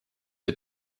der